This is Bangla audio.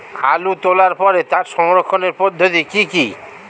আলু তোলার পরে তার সংরক্ষণের পদ্ধতি কি কি?